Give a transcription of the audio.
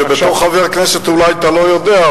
שבתור חבר כנסת אולי אתה לא יודע,